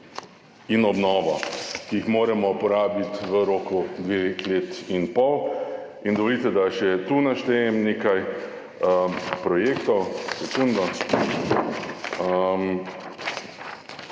in obnovo, ki jih moramo porabiti v roku dveh let in pol. In dovolite, da še tu naštejem nekaj projektov. Torej,